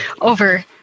over